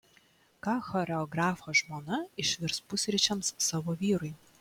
ką choreografo žmona išvirs pusryčiams savo vyrui